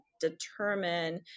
determine